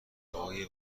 هوای